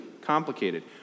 complicated